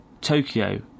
Tokyo